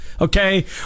okay